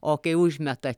o kai užmeta